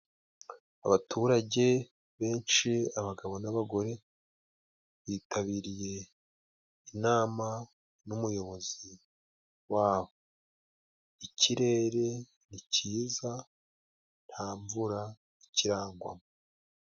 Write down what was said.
Abaturage benshi abagabo n'abagore bitabiriye inama n'umuyobozi wabo, ikirere ni ciza, nta mvura ikirangwa.